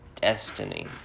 destiny